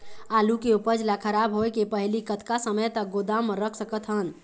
आलू के उपज ला खराब होय के पहली कतका समय तक गोदाम म रख सकत हन?